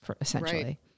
essentially